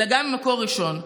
אלא ממקור ראשון.